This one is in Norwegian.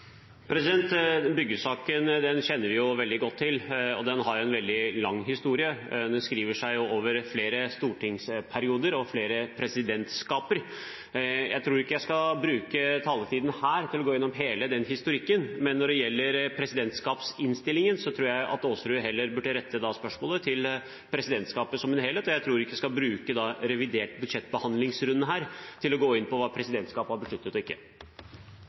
Byggesaken kjenner vi jo veldig godt til, og den har en veldig lang historie. Den skriver seg over flere stortingsperioder og flere presidentskap. Jeg tror ikke jeg skal bruke taletiden her til å gå igjennom hele den historikken. Når det gjelder presidentskapsinnstillingen, tror jeg representanten Aasrud heller burde rette det spørsmålet til presidentskapet som helhet. Jeg tror ikke vi skal bruke denne runden med behandling av revidert budsjett til å gå inn på hva presidentskapet har besluttet og ikke.